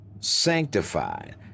sanctified